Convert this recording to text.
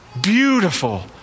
beautiful